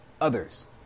others